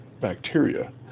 bacteria